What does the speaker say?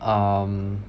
um